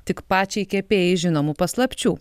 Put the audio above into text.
tik pačiai kepėjai žinomų paslapčių